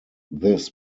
this